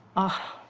ah,